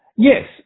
Yes